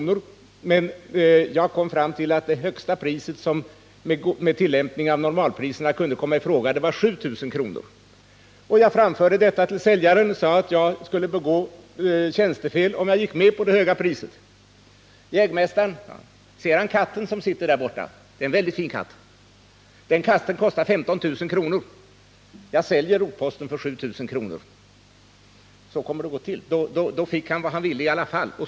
Jag kom emellertid fram till att det högsta pris som med tillämpning av normalpriserna kunde komma i fråga var 7000 kr. Jag framhöll detta för säljaren och sade att jag skulle begå tjänstefel, om jag gick med på det högre priset. ”Jägmästar'n”, sade säljaren, ”ser han katten som sitter där borta. Det är en väldigt fin katt. Den katten kostar 15 000 kr. Jag säljer rotposten för 7 000.” Då fick han i alla fall vad han ville.